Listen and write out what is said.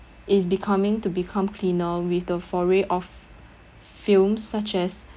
is becoming to become cleaner with the foray of fumes such as